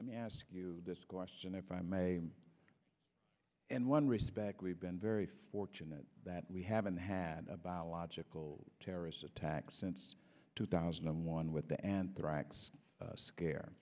let me ask you this question if i may and one respect we've been very fortunate that we haven't had a biological terrorist attack since two thousand and one with the anthrax scare